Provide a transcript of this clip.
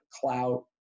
clout